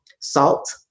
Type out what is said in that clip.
salt